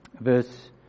verse